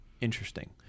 interesting